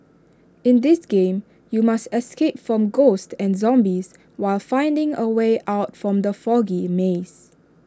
in this game you must escape from ghosts and zombies while finding A way out from the foggy maze